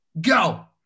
go